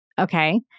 okay